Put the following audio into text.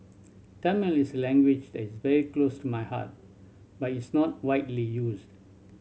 Tamil is a language that is very close to my heart but it's not widely used